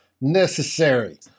necessary